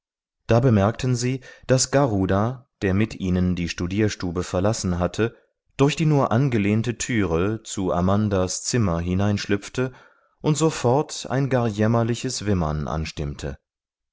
da bemerkten sie daß garuda der mit ihnen die studierstube verlassen hatte durch die nur angelehnte türe zu amandas zimmer hineinschlüpfte und sofort ein gar jämmerliches wimmern anstimmte